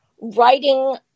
writing